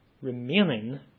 remaining